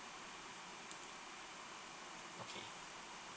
okay